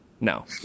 No